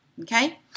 okay